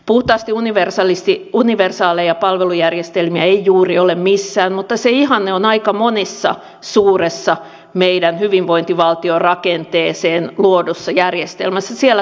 puhtaasti universaaleja palvelujärjestelmiä ei juuri ole missään mutta se ihanne on aika monessa meidän hyvinvointivaltion rakenteeseen luodussa suuressa järjestelmässä siellä taustalla